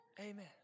Amen